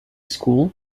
school